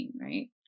right